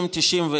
משנת 1990,